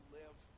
live